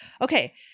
Okay